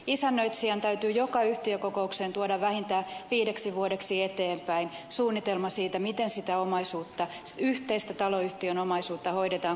isännöitsijän täytyy joka yhtiökokoukseen tuoda vähintään viideksi vuodeksi eteenpäin suunnitelma siitä miten sitä omaisuutta yhteistä taloyhtiön omaisuutta hoidetaan kunnolla